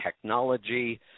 technology